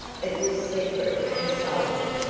it was secret and silent,